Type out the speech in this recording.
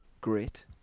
great